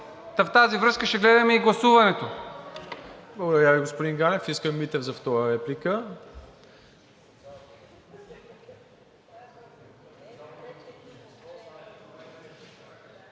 в тази връзка, ще гледаме и гласуването.